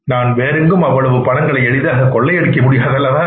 நான் வேறெங்கும் அவ்வளவு பணங்களை எளிதாக கொள்ளையடிக்க முடியாதல்லவா